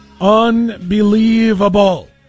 Unbelievable